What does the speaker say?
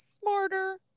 smarter